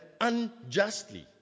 unjustly